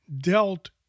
dealt